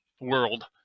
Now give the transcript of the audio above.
world